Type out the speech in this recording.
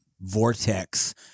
vortex